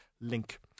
link